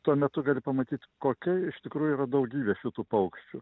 tuo metu gali pamatyt kokia iš tikrųjų yra daugybė šitų paukščių